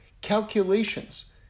calculations